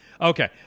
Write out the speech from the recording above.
Okay